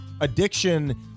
addiction